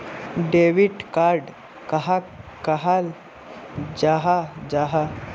Debit card कहाक कहाल जाहा जाहा?